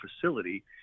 facility